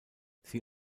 sie